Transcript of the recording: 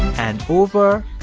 and over.